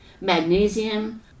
magnesium